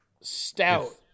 stout